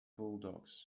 bulldogs